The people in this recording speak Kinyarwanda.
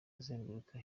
azenguruka